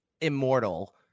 immortal